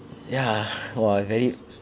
ya !wah! very